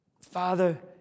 Father